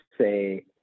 say